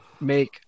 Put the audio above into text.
make